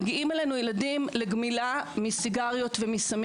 מגיעים אלינו ילדים לגמילה מסיגריות ומסמים